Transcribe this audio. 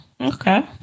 Okay